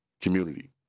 community